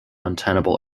untenable